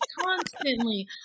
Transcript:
constantly